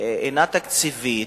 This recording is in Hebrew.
אינה תקציבית.